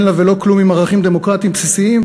לה ולא כלום עם ערכים דמוקרטיים בסיסיים?